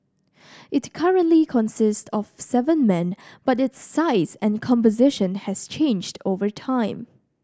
it currently consists of seven men but its size and composition has changed over time